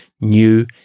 new